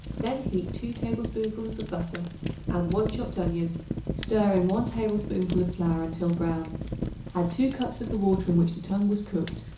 then heat two tablespoonfuls of butter add one chopped onion stir in one tablespoonful of flour until brown add two cups of the water in which the tongue was cooked,